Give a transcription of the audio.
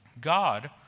God